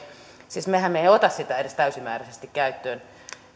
siis mehän emme ota sitä edes täysimääräisesti käyttöön